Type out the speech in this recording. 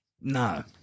No